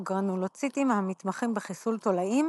הגרנולוציטים המתמחים בחיסול תולעים,